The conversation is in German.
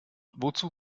wozu